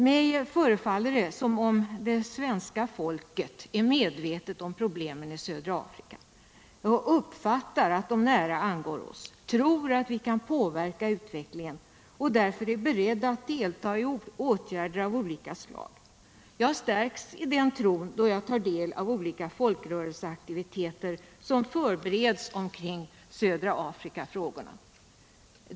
Mig förefaller det som om svenska folket är medvetet om problemen i södra Afrika och uppfattar att de nära angår oss. Vi tror att vi kan påverka utvecklingen, och därför är vi beredda att delta i åtgärder av olika slag. Jag stärks i den tron då jag tar del av olika folkrörelseaktiviteter som förbereds kring södra Afrikas frågor.